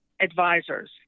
Advisors